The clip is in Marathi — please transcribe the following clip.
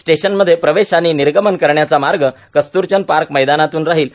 स्टेशनमध्ये प्रवेश आणि निर्गमन करण्याचा मार्ग कस्तुरचंद पार्क मैदानातून राहील